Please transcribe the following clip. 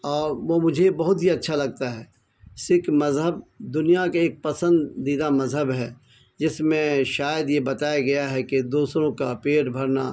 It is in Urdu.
اور وہ مجھے بہت ہی اچھا لگتا ہے سکھ مذہب دنیا کے ایک پسندیدہ مذہب ہے جس میں شاید یہ بتایا گیا ہے کہ دوسروں کا پیٹ بھرنا